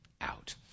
out